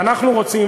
ואנחנו רוצים,